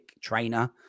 trainer